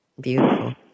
Beautiful